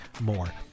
more